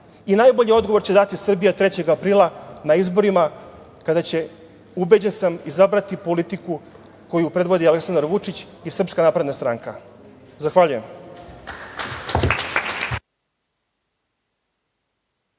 Najbolji odgovor će dati Srbija 3. aprila na izborima kada će, ubeđen sam, izabrati politiku koju predvodi Aleksandar Vučić i SNS. Zahvaljujem.